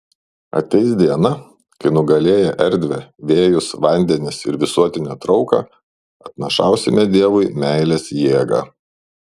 ateis diena kai nugalėję erdvę vėjus vandenis ir visuotinę trauką atnašausime dievui meilės jėgą